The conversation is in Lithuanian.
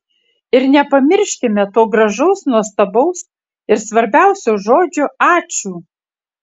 ir nepamirškime to gražaus nuostabaus ir svarbiausio žodžio ačiū